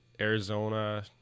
Arizona